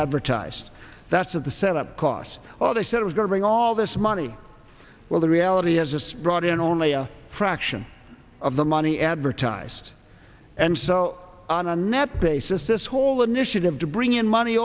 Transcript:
advertised that's at the set up costs well they said we're going to bring all this money well the reality has just brought in only a fraction of the money advertised and so on a net basis this whole initiative to bring in money